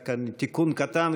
רק תיקון קטן,